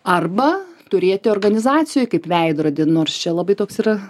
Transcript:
arba turėti organizacijoj kaip veidrodį nors čia labai toks yra